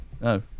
No